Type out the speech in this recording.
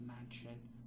mansion